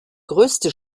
größte